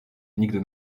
nigdy